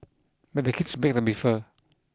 but the kids be the differ